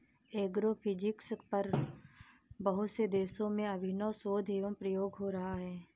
agrophysics पर बहुत से देशों में अभिनव शोध एवं प्रयोग हो रहा है